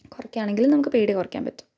കുറയ്ക്കുവാണെങ്കിലും നമുക്ക് പേടി കുറയ്ക്കാൻ പറ്റും